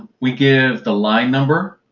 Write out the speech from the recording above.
we give the line number,